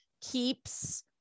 keeps